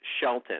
Shelton